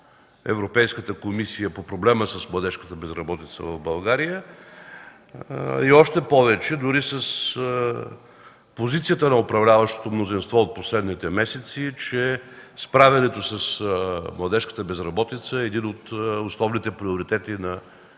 Европейската комисия по проблема с младежката безработица в България, още повече дори с позицията на управляващото мнозинство от последните месеци, че справянето с младежката безработица е един от основните приоритети на